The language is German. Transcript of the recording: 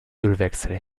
ölwechsel